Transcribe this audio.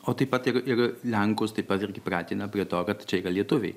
o taip pat ir lenkus taip pat irgi pratina prie to kad čia yra lietuviai